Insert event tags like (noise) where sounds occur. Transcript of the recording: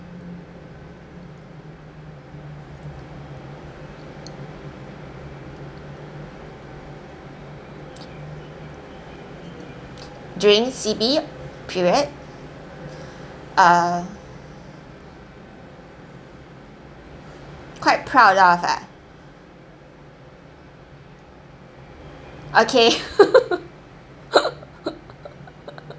during C_B period err quite proud of ah okay (laughs)